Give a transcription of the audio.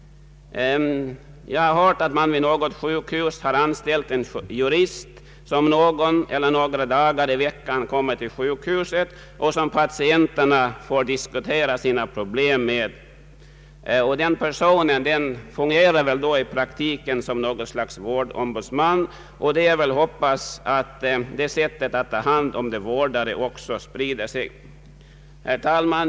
Jag har hört att man vid något sjukhus har anställt en jurist som någon eller några dagar i veckan kommer till sjukhuset och som patienterna får diskutera sina problem med. Den personen fungerar väl i praktiken som ett slags vårdombudsman. Det är att hoppas att det sättet att ta hand om patienterna sprider sig. Herr talman!